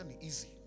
easy